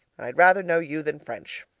i'd rather know you than french.